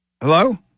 Hello